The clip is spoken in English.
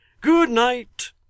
Good-night